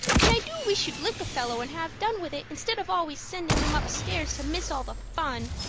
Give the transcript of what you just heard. and i do wish you'd lick a fellow and have done with it, instead of always sending him upstairs to miss all the fun.